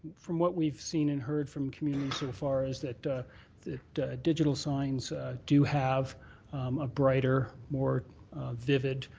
from what we've seen and heard from community so far is that digital signs do have a brighter, more vivid